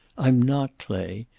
i'm not, clay.